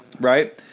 right